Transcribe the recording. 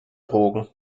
drogen